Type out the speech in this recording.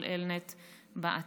של אלנט בעתיד.